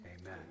Amen